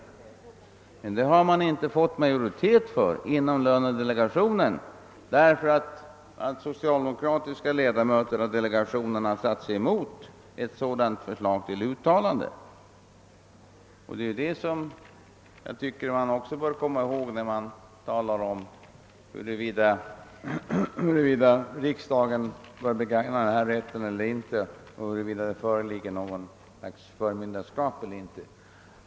Inom lönedelegationen har emellertid inte uppnåtts någon majoritet för detta, därför att bl.a. socialdemokratiska ledamöter motsatt sig ett sådant förslag till uttalande.